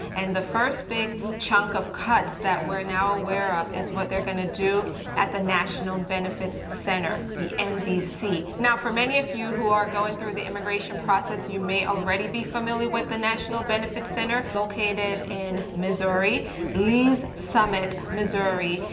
and the first big chunk of cuts that we're now aware of is what they're going to do at the national benefits center. the nbc. now, for many of you who are going through the immigration process, you may already be familiar with the national benefits center located in missouri lee's summit, missouri,